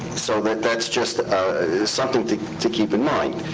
so but that's just something to to keep in mind.